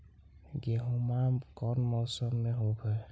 गेहूमा कौन मौसम में होब है?